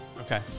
Okay